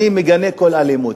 אני מגנה כל אלימות.